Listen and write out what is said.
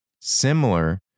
similar